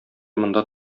монда